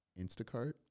Instacart